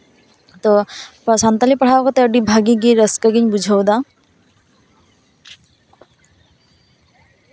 ᱛᱚ ᱥᱟᱱᱛᱟᱲᱤ ᱛᱮ ᱯᱟᱲᱦᱟᱣ ᱠᱟᱛᱮ ᱟᱹᱰᱤ ᱵᱷᱟᱜᱮ ᱜᱮ ᱨᱟᱹᱥᱠᱟᱹᱜᱤᱧ ᱵᱩᱡᱷᱟᱹᱣᱫᱟ